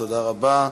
תודה רבה.